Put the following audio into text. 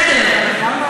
בסדר,